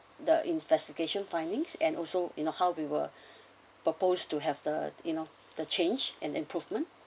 the investigation findings and also you know how we were proposed to have the you know the change and improvement